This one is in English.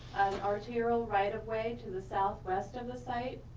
arterial right of way to the southwest of the site.